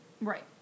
right